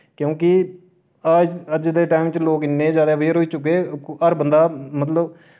क्यूंकि आज अज्ज दे टैम च लोक इन्ने जैदा अवेयर होई चुके हर बंदा मतलब